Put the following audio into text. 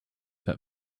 that